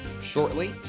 shortly